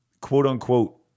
quote-unquote